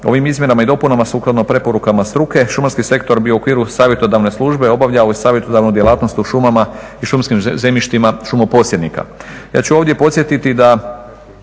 ovim izmjenama i dopunama sukladno preporukama struke šumarski sektor bi u okviru savjetodavne službe obavljao i savjetodavnu djelatnost o šumama i šumskim zemljištima šumoposjednika.